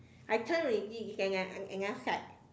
I turn already it's at at another side